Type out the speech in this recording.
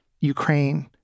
Ukraine